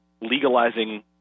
legalizing